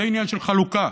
זה עניין של חלוקה.